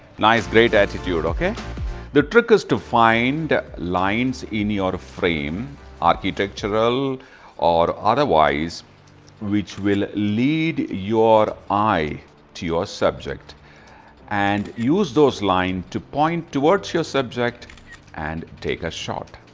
nice great attitude okay the trick is to find lines in your frame architectural or otherwise which will lead your eye to your subject and use those line to point towards your subject and take a shot.